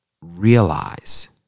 realize